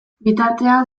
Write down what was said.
bitartean